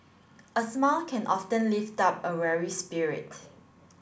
a smile can often lift up a weary spirit